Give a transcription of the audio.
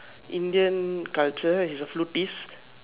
Indian culture he's a flutist